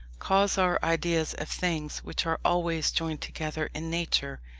cause our ideas of things which are always joined together in nature,